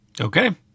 Okay